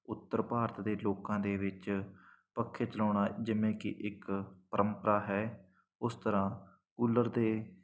ਉੱਤਰ ਭਾਰਤ ਦੇ ਲੋਕਾਂ ਦੇ ਵਿੱਚ ਪੱਖੇ ਚਲਾਉਣਾ ਜਿਵੇਂ ਕਿ ਇੱਕ ਪ੍ਰੰਪਰਾ ਹੈ ਉਸ ਤਰ੍ਹਾਂ ਕੂਲਰ ਦੇ